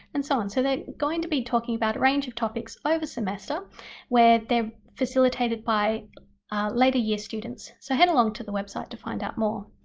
and so on. so they're going to be talking about a range of topics over semester where they're facilitated by later year students, so head along to the website to find out more.